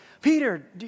Peter